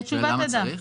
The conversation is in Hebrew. אתה שואל למה צריך?